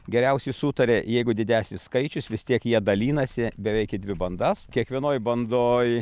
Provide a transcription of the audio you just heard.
geriausiai sutaria jeigu didesnis skaičius vis tiek jie dalinasi beveik į dvi bandas kiekvienoj bandoj